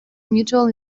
mutual